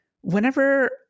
Whenever